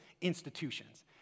institutions